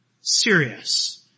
serious